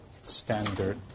standard